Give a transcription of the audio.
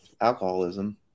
alcoholism